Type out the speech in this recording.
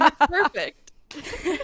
perfect